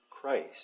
Christ